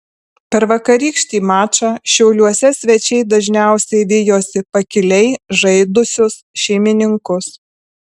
per vakarykštį mačą šiauliuose svečiai dažniausiai vijosi pakiliai žaidusius šeimininkus